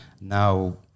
now